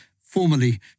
formerly